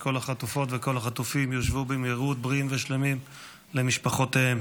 שכל החטופות וכל החטופים יושבו במהירות למשפחותיהם בריאים ושלמים.